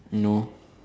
no